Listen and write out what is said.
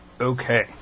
Okay